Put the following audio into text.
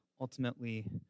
Ultimately